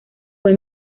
fue